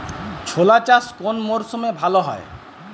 ছোলা চাষ কোন মরশুমে ভালো হয়?